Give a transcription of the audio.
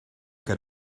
get